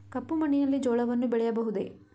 ಕಪ್ಪು ಮಣ್ಣಿನಲ್ಲಿ ಜೋಳವನ್ನು ಬೆಳೆಯಬಹುದೇ?